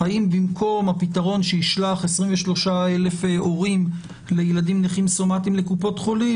האם במקום הפתרון שישלח 23,000 הורים לילדים נכים סומטים לקופות החולים,